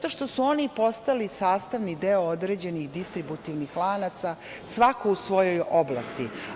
Oni su postali sastavni deo određenih distributivnih lanaca svako u svojoj oblasti.